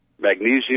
magnesium